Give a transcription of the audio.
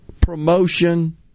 promotion